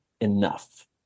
enough